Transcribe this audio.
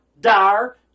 dar